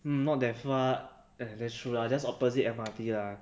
um not that far ya that's true lah just opposite M_R_T ah